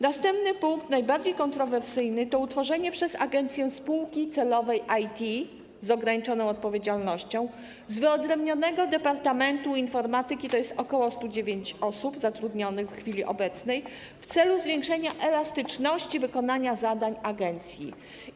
Następny punkt, najbardziej kontrowersyjny, to utworzenie przez agencję spółki celowej IT z ograniczoną odpowiedzialnością z wyodrębnionego Departamentu Informatyki - to ok. 109 osób zatrudnionych w chwili obecnej - w celu zwiększenia elastyczności wykonywania zadań agencji.